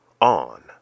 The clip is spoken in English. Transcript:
on